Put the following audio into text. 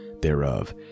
thereof